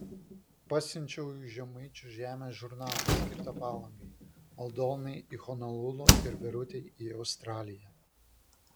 pasiunčiau žemaičių žemės žurnalą skirtą palangai aldonai į honolulu ir verutei į australiją